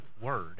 word